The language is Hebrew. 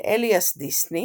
לאליאס דיסני,